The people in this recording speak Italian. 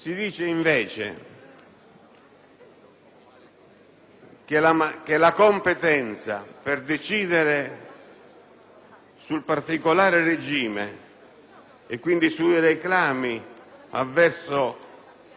che la competenza per decidere sul particolare regime e, quindi, sui reclami avverso i provvedimenti applicativi